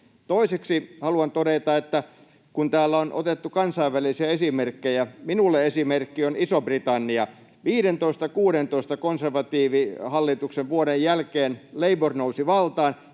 Toiseksi haluan todeta, kun täällä on otettu kansainvälisiä esimerkkejä, että minulle esimerkki on Iso-Britannia. 15—16 konservatiivihallitusvuoden jälkeen Labour nousi valtaan.